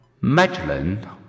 Magellan